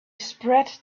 spread